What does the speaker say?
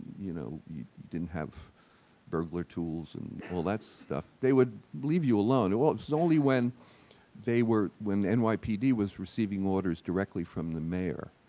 you know, you didn't have burglar tools and all that stuff they would leave you alone. it was only when they were when the and nypd was receiving orders directly from the mayor